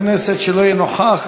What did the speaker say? חבר כנסת שלא יהיה נוכח,